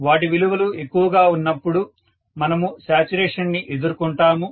వాటి విలువలు ఎక్కువగా ఉన్నపుడు మనము శాచ్యురేషన్ ని ఎదుర్కొంటాము